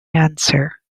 answer